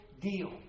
deal